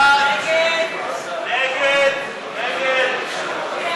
ההסתייגות (14) לחלופין ו' של קבוצת סיעת